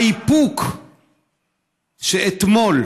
האיפוק שאתמול